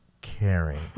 caring